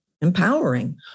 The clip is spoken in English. empowering